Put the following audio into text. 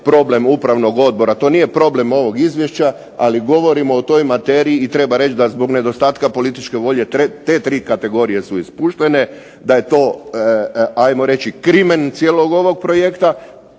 problem upravnog odbora, to nije problem ovog izvješća, ali govorimo o toj materiji i treba reći da zbog nedostatka političke volje te tri kategorije su ispuštene, da je to ajmo reći krimen cijelog ovog projekta,